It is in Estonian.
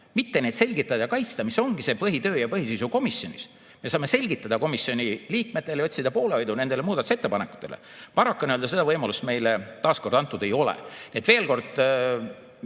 mitte neid selgitada ja kaitsta, mis ongi see põhitöö ja põhisisu komisjonis. Me saame selgitada komisjoni liikmetele ja otsida poolehoidu nendele muudatusettepanekutele. Paraku seda võimalust meile taas antud ei ole. Veel kord: